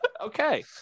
okay